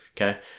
Okay